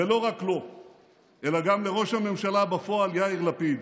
ולא רק לו אלא גם לראש הממשלה בפועל יאיר לפיד.